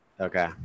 Okay